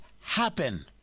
happen